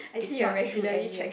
it's not through N_U_S